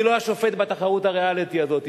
אני לא השופט בתחרות הריאליטי הזאת,